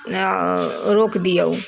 रोकि दियौ